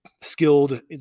skilled